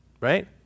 right